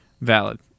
Valid